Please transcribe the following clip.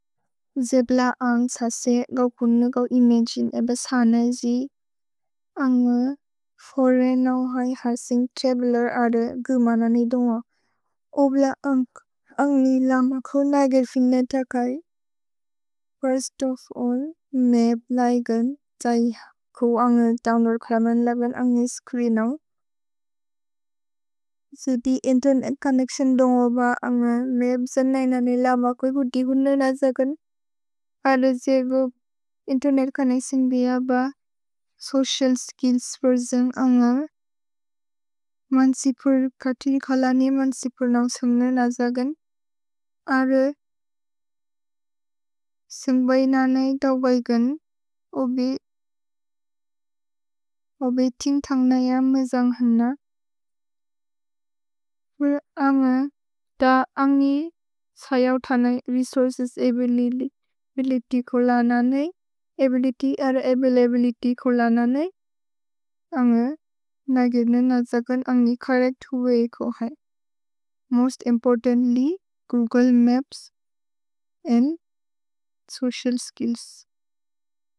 जिब्ल अन्ग् त्ससे गौ कुनु गौ इमेजिन् ए बसन जि। अन्ग फोरे नौ है हर्सिन्ग् त्रेब्लर् अदु गु म ननि दुन्ग। ओब्ल अन्ग् अन्ग् नि लम कु नगेर् फिन्ने तकै। फिर्स्त् ओफ् अल्ल्, मेब् लै गुन् त्सै कु अन्ग दोव्न्लोअद् क्रमन् लबन् अन्ग् नि स्च्रीन् औ। सुति इन्तेर्नेत् चोन्नेच्तिओन् दुन्ग ब अन्ग मेब् स नन नि लम क्वे कुति कुनु नस गुन्। अरु जिब्ल इन्तेर्नेत् चोन्नेच्तिओन् बिअ ब सोचिअल् स्किल्ल्स् फोर् जिन्ग् अन्ग। मन् सि पुर् कति नि कोल नि मन् सि पुर् नौ सुन्ग नस गुन्। अरु सुन्ग् बै नन इ दव् बै गुन्। ओबे, ओबे तिन्ग् थन्ग् नय म जन्ग् हन। अन्ग द अन्गि त्सै औ थन रेसोउर्चेस् अबिलित्य् कोल नने। अबिलित्य् अर अवैलबिलित्य् कोल नने। अन्ग नगेर् न नस गुन् अन्गि चोर्रेच्त् हुए को है। Most importantly, Google maps and social skills.